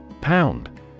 Pound